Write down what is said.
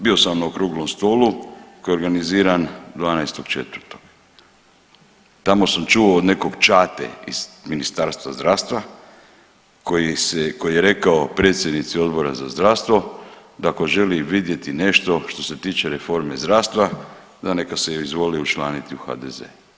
Bio sam na okruglom stolu koji je organiziran 12.4., tamo sam čuo od nekog čate iz Ministarstva zdravstva koji se, koji je rekao predsjednici Odbora za zdravstvo, da ako želi vidjeti nešto što se tiče reforme zdravstva da neka se izvoli učlaniti u HDZ.